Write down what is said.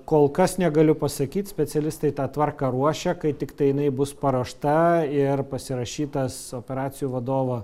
kol kas negaliu pasakyt specialistai tą tvarką ruošia kai tiktai jinai bus paruošta ir pasirašytas operacijų vadovo